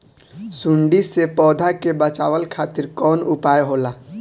सुंडी से पौधा के बचावल खातिर कौन उपाय होला?